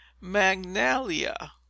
magnalia